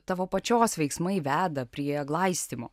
tavo pačios veiksmai veda prie glaistymo